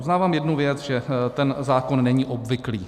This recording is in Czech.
Uznávám jednu věc, že ten zákon není obvyklý.